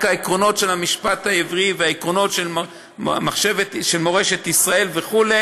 אלה רק העקרונות של המשפט העברי והעקרונות של מורשת ישראל וכו'.